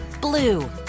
blue